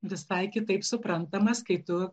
visai kitaip suprantamas kai tu